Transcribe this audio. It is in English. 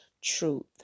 truth